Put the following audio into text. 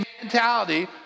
mentality